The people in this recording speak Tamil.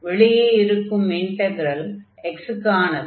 வெளியே இருக்கும் இன்டக்ரல் x க்கானது